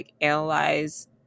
analyze